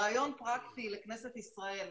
רעיון פרקטי לכנסת ישראל.